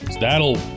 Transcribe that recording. that'll